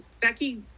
Becky